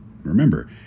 Remember